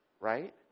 right